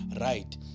Right